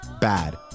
bad